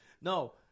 No